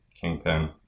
Kingpin